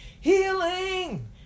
Healing